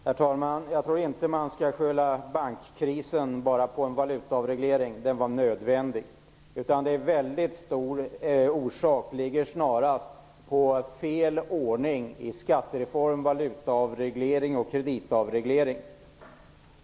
Herr talman! Jag tror inte att man skall skylla bankkrisen bara på en valutaavreglering. Den var nödvändig. En väldigt stor orsak är snarast fel ordning på skattereform, valutaavreglering och kreditavreglering.